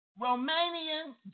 Romanian